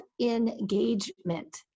engagement